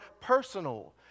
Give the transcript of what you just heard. personal